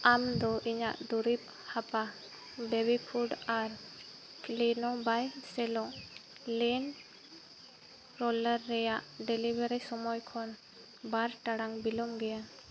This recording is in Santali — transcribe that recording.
ᱟᱢᱫᱚ ᱤᱧᱟᱹᱜ ᱫᱩᱨᱤᱵᱽ ᱦᱟᱯᱟ ᱵᱮᱵᱤ ᱯᱷᱩᱰ ᱟᱨ ᱠᱞᱤᱱᱳ ᱵᱟᱭ ᱥᱮᱞᱳ ᱞᱤᱱᱴ ᱨᱳᱞᱟᱨ ᱨᱮᱭᱟᱜ ᱰᱮᱞᱤᱵᱷᱟᱨᱤ ᱥᱚᱢᱚᱭ ᱠᱷᱚᱱ ᱵᱟᱨ ᱴᱟᱲᱟᱝ ᱵᱤᱞᱚᱢᱜᱮᱭᱟ